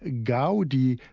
gaudi,